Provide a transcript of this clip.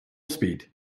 speed